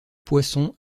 poisson